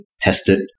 tested